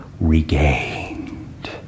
regained